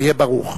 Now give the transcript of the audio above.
היה ברוך.